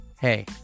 hey